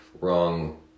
wrong